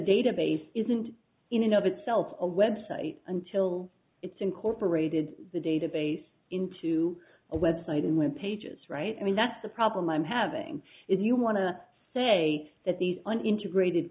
database isn't in and of itself a web site until it's incorporated the database into a website and web pages right i mean that's the problem i'm having if you want to say that these an integrated